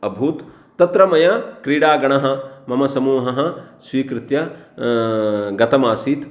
अभूत् तत्र मया क्रीडागणः मम समूहः स्वीकृत्य गतमासीत्